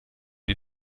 die